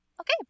Okay